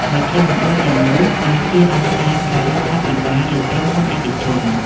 មជ្ឈមណ្ឌលទាំងនោះអាចជាអង្គការក្រៅរដ្ឋាភិបាលឬក្រុមហ៊ុនឯកជន។